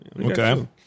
Okay